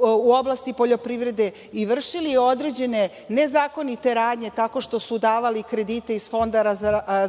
u oblasti poljoprivrede i vršili određene nezakonite radnje tako što su davali kredite iz Fonda